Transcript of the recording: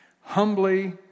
humbly